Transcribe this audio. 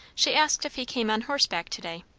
she asked if he came on horseback to-day?